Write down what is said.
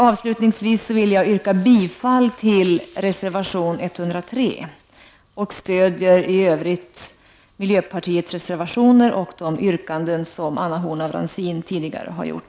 Avslutningsvis vill jag yrka bifall till reservation 103, och jag stödjer i övrigt miljöpartiets reservationer och de yrkanden som Anna Horn af Rantzien tidigare har gjort.